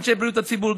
אנשי בריאות הציבור,